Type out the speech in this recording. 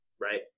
right